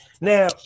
Now